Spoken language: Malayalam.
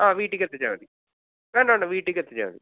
ആ വീട്ടിക്കെത്തിച്ചാൽ മതി വേണ്ട വേണ്ട വീട്ടിക്കെത്തിച്ചാൽ മതി